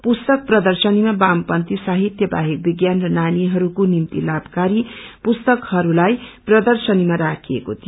पुस्तक प्रर्दशनीमा वामपन्थी साहित्यबाहेक विज्ञान र नानीहरूको निम्ति लाभकारी पुस्तकहरूलाई प्रर्दशनीमा राखिएको थियो